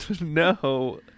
no